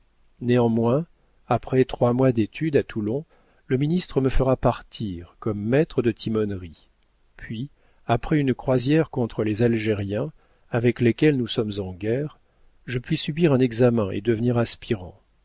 néanmoins après trois mois d'études à toulon le ministre me fera partir comme maître de timonerie puis après une croisière contre les algériens avec lesquels nous sommes en guerre je puis subir un examen et devenir aspirant